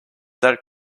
that